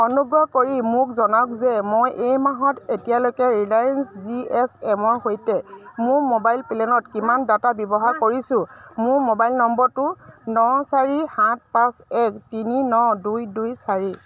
অনুগ্ৰহ কৰি মোক জনাওক যে মই এই মাহত এতিয়ালৈকে ৰিলায়েন্স জি এছ এমৰ সৈতে মোৰ মোবাইল প্লেনত কিমান ডাটা ব্যৱহাৰ কৰিছোঁ মোৰ মোবাইল নম্বৰটো ন চাৰি সাত পাঁচ এক তিনি ন দুই দুই চাৰি